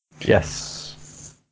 Yes